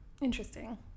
Interesting